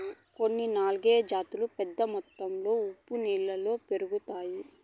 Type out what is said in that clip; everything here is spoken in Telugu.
కొన్ని ఆల్గే జాతులు పెద్ద మొత్తంలో ఉప్పు నీళ్ళలో పెరుగుతాయి